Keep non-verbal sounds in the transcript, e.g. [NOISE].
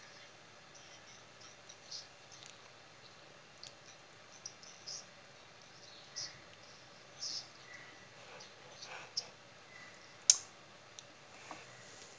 [NOISE]